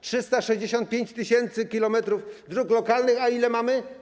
365 tys. km dróg lokalnych, a ile mamy?